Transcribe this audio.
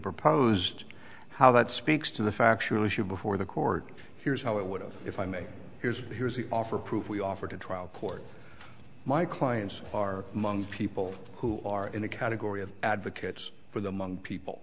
proposed how that speaks to the factual issue before the court here's how it would if i may here's here's the offer proof we offered a trial court my clients are among people who are in the category of advocates for the mung people